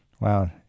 Wow